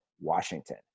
Washington